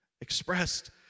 expressed